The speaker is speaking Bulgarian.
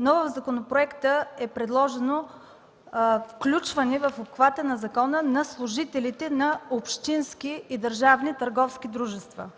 но в законопроекта е предложено включване в обхвата на закона на служители на общински и държавни търговски дружества.